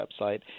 website